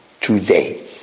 Today